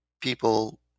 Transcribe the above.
people